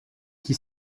qui